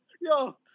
Yo